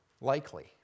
likely